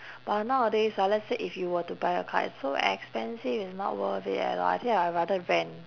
but nowadays ah let's say if you were to buy a car it's so expensive it's not worth it at all I think I rather rent